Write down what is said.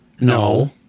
No